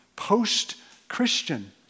post-Christian